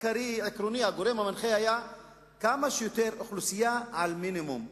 הגורם המנחה היה כמה שיותר אוכלוסייה על מינימום קרקעות.